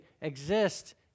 exist